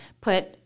put